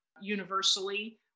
universally